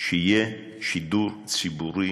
שיהיה שידור ציבורי,